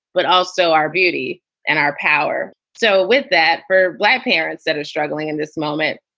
but also our beauty and our power. so with that, for black parents that ah struggling in this moment.